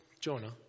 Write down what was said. Jonah